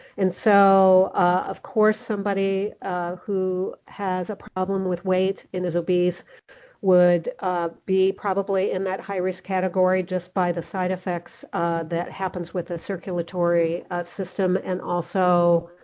and so of course somebody who has a problem with weight and is obese would be probably in that high risk category, just by the side effects that happens with the circulatory system. and also